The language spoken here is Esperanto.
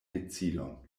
decidon